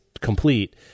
complete